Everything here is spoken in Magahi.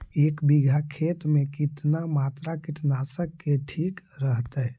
एक बीघा खेत में कितना मात्रा कीटनाशक के ठिक रहतय?